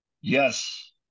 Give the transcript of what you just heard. Yes